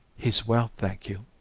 he's well, thank you.